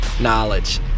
knowledge